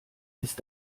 ist